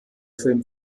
film